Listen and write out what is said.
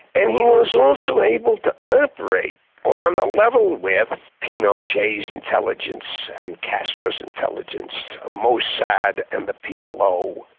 and he was also able to operate on a level with pinochet's intelligence and castro's intelligence, ah mossad and the plo.